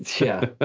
yeah,